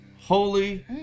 Holy